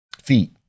Feet